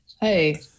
Hey